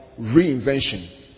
reinvention